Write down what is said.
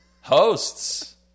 hosts